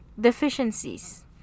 deficiencies